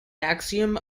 axiom